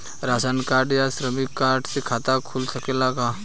Ration card या श्रमिक card से खाता खुल सकेला का?